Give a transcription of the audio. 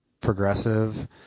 progressive